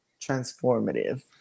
transformative